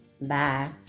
Bye